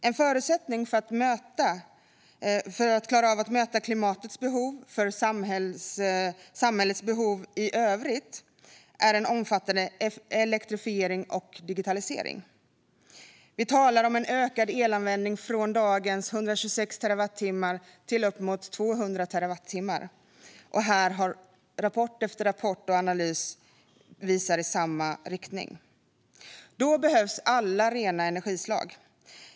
En förutsättning för att klara av att möta klimatets behov och samhällets behov i övrigt är en omfattande elektrifiering och digitalisering. Vi talar om en ökad elanvändning från dagens 126 terawattimmar till uppemot 200 terawattimmar. Analyser och rapport efter rapport visar i samma riktning. Då behövs alla rena energislag.